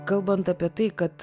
kalbant apie tai kad